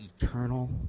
eternal